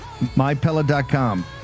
MyPella.com